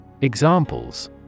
Examples